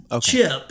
chip